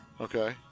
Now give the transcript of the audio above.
Okay